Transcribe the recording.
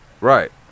Right